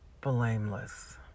blameless